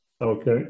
Okay